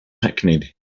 hackneyed